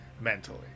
mentally